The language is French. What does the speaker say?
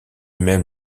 même